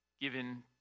given